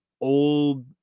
old